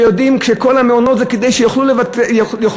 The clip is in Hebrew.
כשיודעים שכל המעונות זה כדי שיוכלו לעבוד.